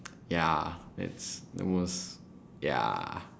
ya it's the most ya